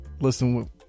listen